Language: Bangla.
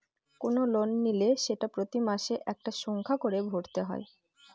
কোনো লোন নিলে সেটা প্রতি মাসে একটা সংখ্যা করে ভরতে হয়